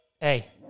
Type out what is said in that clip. Hey